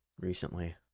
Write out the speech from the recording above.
recently